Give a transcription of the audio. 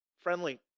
friendly